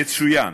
יצוין